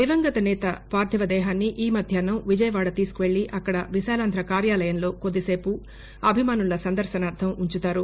దివంగత నేత పార్థివదేహాన్ని ఈ మధ్యాహ్నం విజయవాడ తీసుకెళ్లి అక్కడ విశాలాంధ్ర కార్యాలయంలో కొద్దిసేపు అభిమానుల సందర్శనార్థం ఉంచుతారు